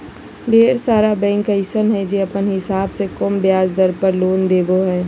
ढेर सारा बैंक अइसन हय जे अपने हिसाब से कम ब्याज दर पर लोन देबो हय